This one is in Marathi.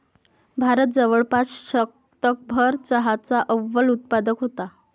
भारत जवळपास शतकभर चहाचा अव्वल उत्पादक होता